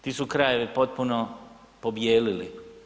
Ti su krajevi potpuno pobijelili.